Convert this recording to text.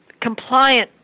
compliant